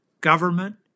government